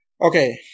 Okay